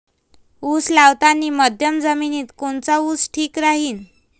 उस लावतानी मध्यम जमिनीत कोनचा ऊस ठीक राहीन?